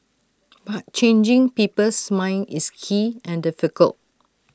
but changing people's minds is key and difficult